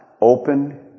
open